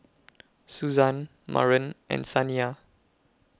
Suzan Maren and Saniya